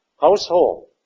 household